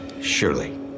surely